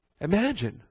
Imagine